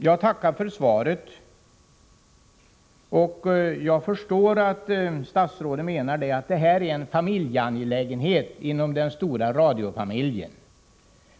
Jag tackar för svaret. Jag förstår att statsrådet menar att denna fråga är en familjeangelägenhet inom den stora radiofamiljen.